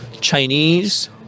Chinese